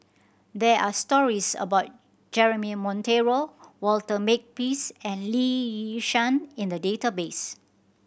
there are stories about Jeremy Monteiro Walter Makepeace and Lee Yi Shyan in the database